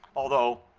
although